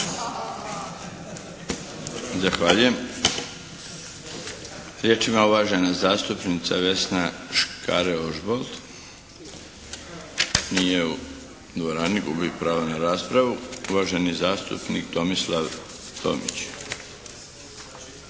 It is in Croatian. Zahvaljujem. Riječ ima uvažena zastupnica Vesna Škare-Ožbolt. Nije u dvorani. Gubi pravo na raspravu. Uvaženi zastupnik Tomislav Tomić.